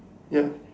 ya